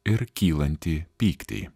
ir kylantį pyktį